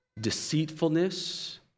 deceitfulness